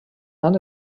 han